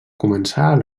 començar